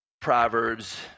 Proverbs